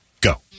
go